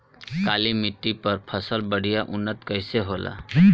काली मिट्टी पर फसल बढ़िया उन्नत कैसे होला?